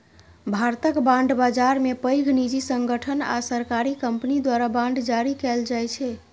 भारतक बांड बाजार मे पैघ निजी संगठन आ सरकारी कंपनी द्वारा बांड जारी कैल जाइ छै